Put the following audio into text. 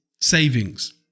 savings